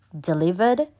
delivered